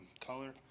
color